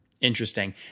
Interesting